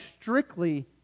strictly